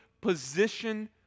position